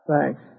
thanks